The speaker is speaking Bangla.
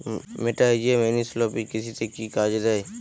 মেটাহিজিয়াম এনিসোপ্লি কৃষিতে কি কাজে দেয়?